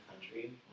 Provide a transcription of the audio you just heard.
country